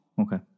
okay